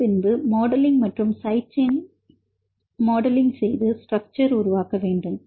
அதன்பின்பு மாடலிங் மற்றும் side chain model இன் செய்து ஸ்ட்ரக்சர் உருவாக்க வேண்டும்